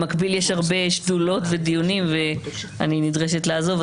במקביל יש הרבה שדולות ודיונים ואני נדרשת לעזוב,